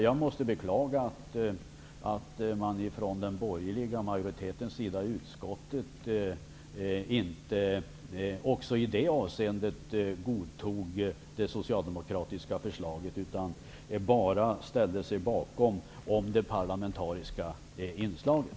Jag måste beklaga att man från den borgerliga majoritetens sida i utskottet inte också i det avseendet godtog det socialdemokratiska förslaget utan bara ställde sig bakom den del som gällde det parlamentariska inslaget.